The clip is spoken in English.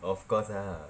of course ah